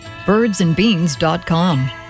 Birdsandbeans.com